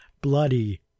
Bloody